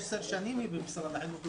היא כבר עשר שנים במשרד החינוך.